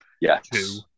Yes